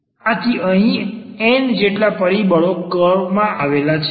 આથી અહીં n જેટલા પરિબળો કર્વમાં આવેલા છે